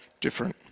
different